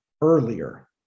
earlier